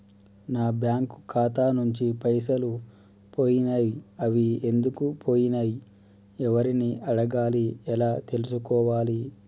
నా బ్యాంకు ఖాతా నుంచి పైసలు పోయినయ్ అవి ఎందుకు పోయినయ్ ఎవరిని అడగాలి ఎలా తెలుసుకోవాలి?